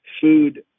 food